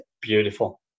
beautiful